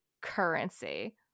currency